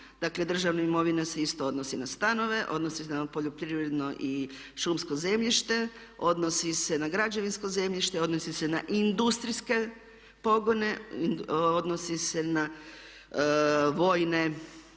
dakle državna imovina se isto odnosi na stanove, odnosi se na poljoprivredno i šumsko zemljište, odnosi se na građevinsko zemljište, odnosi se na industrijske pogone, odnosi se na vojne,